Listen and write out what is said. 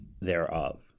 thereof